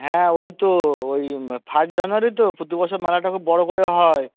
হ্যাঁ ওই তো ওই ফার্স্ট জানুয়ারি তো প্রতি বছর মেলাটা খুব বড় করে হয়